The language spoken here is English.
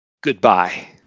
goodbye